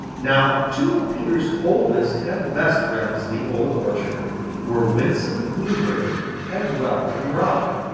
now two of peter's oldest and best friends in the old orchard were winsome bluebird and welcome robin.